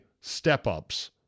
step-ups